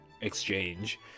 exchange